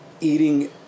eating